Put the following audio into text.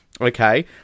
Okay